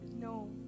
No